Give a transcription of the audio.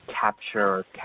capture